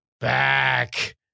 back